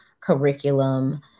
curriculum